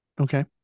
Okay